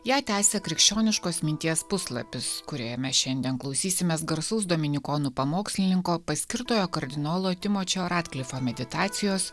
ją tęsia krikščioniškos minties puslapis kuriame šiandien klausysimės garsaus dominikonų pamokslininko paskirtojo kardinolo timočio radklifo meditacijos